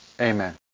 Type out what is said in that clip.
Amen